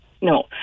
no